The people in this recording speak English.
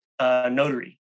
notary